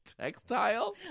Textile